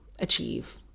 achieve